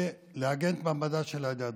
לעגן את מעמדה של העדה הדרוזית.